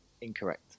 incorrect